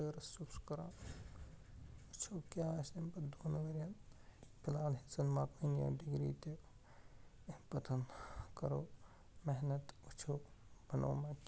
ماشٹٲرٕس چھُس کران وُچھَو کیٛاہ آسہِ أمۍ پتہٕ دۄن ؤرِیَن فِلحال ہٮ۪ژٕنۍ مَکلٕنۍ یہِ ڈگری تہِ أمۍ پتَن کَرَو محنت وُچھَو بَنَو ما کیٚنہہ